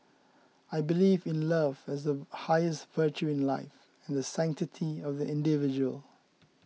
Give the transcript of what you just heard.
I believe in love as the highest virtue in life and the sanctity of the individual